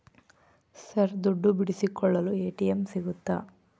Sir ದುಡ್ಡು ಬಿಡಿಸಿಕೊಳ್ಳಲು ATM ಸಿಗುತ್ತಾ?